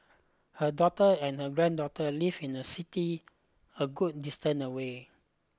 her daughter and her granddaughter live in a city a good distant away